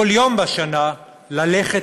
כל יום בשנה, ללכת